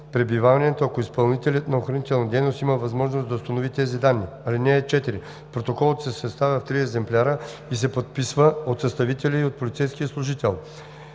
пребиваване, ако изпълнителят на охранителната дейност има възможност да установи тези данни. (4) Протоколът се съставя в три екземпляра и се подписва от съставителя и от полицейски служител.